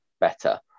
better